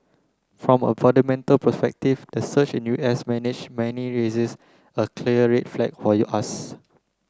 from a fundamental perspective the surge in U S manage money raises a clear red flag for us